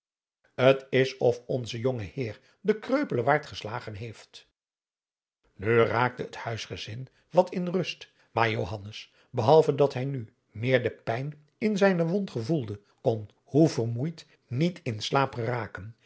t is of onze jonge heer den kreupelen waard geslagen heeft nu raakte het huisgezin wat in rust maar johannes behalve dat hij nu meer de pijn in zijne wond gevoelde kon hoe vermoeid niet in slaap raken